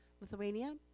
Lithuania